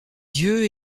dieu